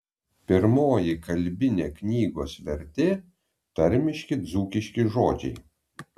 pirmoji kalbinė knygos vertė tarmiški dzūkiški žodžiai